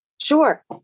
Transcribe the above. Sure